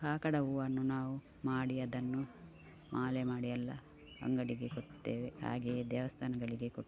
ಕಾಕಡ ಹೂವನ್ನು ನಾವು ಮಾಡಿ ಅದನ್ನು ಮಾಲೆ ಮಾಡಿ ಎಲ್ಲಾ ಅಂಗಡಿಗೆ ಕೊಡ್ತೇವೆ ಹಾಗೆಯೇ ದೇವಸ್ಥಾನಗಳಿಗೆ ಕೊಟ್ಟು